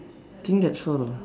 think that's all lah